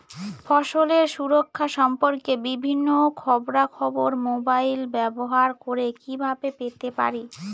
ফসলের সুরক্ষা সম্পর্কে বিভিন্ন খবরা খবর মোবাইল ব্যবহার করে কিভাবে পেতে পারি?